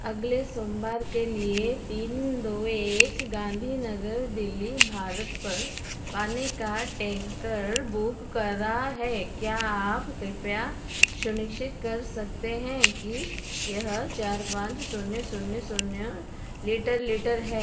अगले सोमवार के लिए तीन दो एक गाँधी नगर दिल्ली भारत पर पानी का टेंकर बुक करा है क्या आप कृपया शुनिश्चित कर सकते हैं कि यह चार पाँच शून्य शून्य शून्य लीटर लीटर है